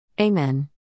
Amen